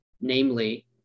namely